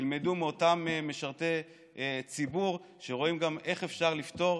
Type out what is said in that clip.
ילמדו מאותם משרתי ציבור שרואים גם איך אפשר לפתור,